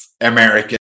American